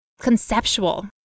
conceptual